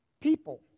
People